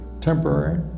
temporary